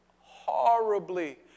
horribly